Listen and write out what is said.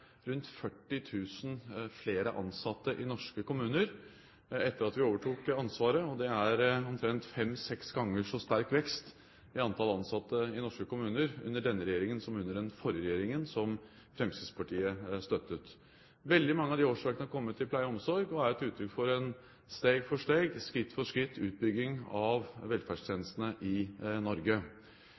rundt 40 000 flere ansatte i norske kommuner etter at vi overtok ansvaret. Det er omtrent fem–seks ganger så sterk vekst i antall ansatte i norske kommuner under denne regjeringen som under den forrige regjeringen, som Fremskrittspartiet støttet. Veldig mange av de årsverkene har kommet i pleie og omsorg og er et uttrykk for en steg for steg-, skritt for skritt-utbygging av velferdstjenestene i Norge.